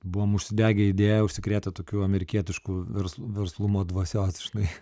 buvom užsidegę idėja užsikrėtę tokiu amerikietišku verslu verslumo dvasiao žinai